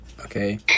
Okay